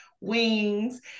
Wings